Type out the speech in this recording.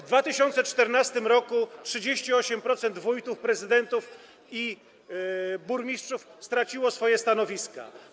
W 2014 r. 38% wójtów, prezydentów i burmistrzów straciło swoje stanowiska.